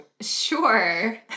sure